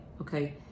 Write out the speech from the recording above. okay